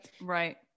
Right